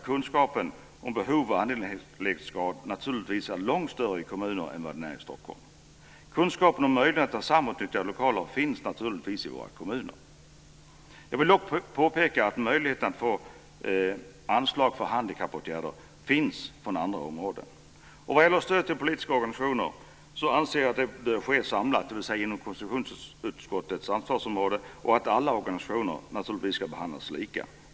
Kunskapen om behov och angelägenhetsgrad är naturligtvis långt större i kommunerna än i Stockholm. Kunskapen om möjligheter att samutnyttja lokaler finns naturligtvis i våra kommuner. Jag vill dock påpeka att det finns möjligheter att få anslag för handikappåtgärder från andra områden. När det gäller stöd till politiska organisationer anser jag att det här bör ske samlat, dvs. inom konstitutionsutskottets ansvarsområde, och att alla organisationer naturligtvis ska behandlas lika.